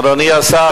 אדוני השר,